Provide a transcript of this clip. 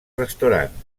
restaurant